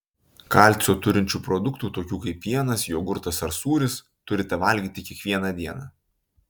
kalcio turinčių produktų tokių kaip pienas jogurtas ar sūris turite valgyti kiekvieną dieną